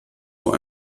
vor